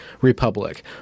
republic